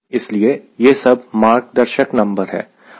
इसलिए यह सब मार्गदर्शक नंबर है